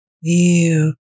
Ew